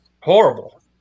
horrible